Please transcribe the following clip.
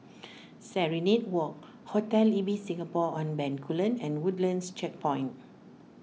Serenade Walk Hotel Ibis Singapore on Bencoolen and Woodlands Checkpoint